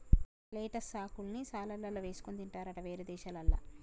lettuce ఆకుల్ని సలాడ్లల్ల వేసుకొని తింటారట వేరే దేశాలల్ల